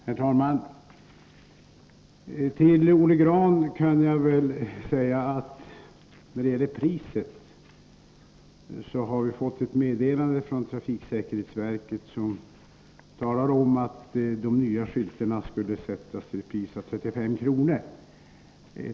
Herr talman! Till Olle Grahn kan jag när det gäller priset säga att vi från trafiksäkerhetsverket har fått ett meddelande om att de nya skyltarna skall åsättas ett pris av 35 kr.